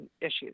issues